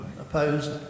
opposed